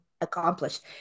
accomplished